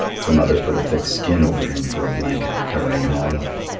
the mother put a thick skin over him for a blanket, covering him all up.